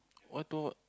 one two or what